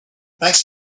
thanks